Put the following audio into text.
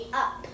up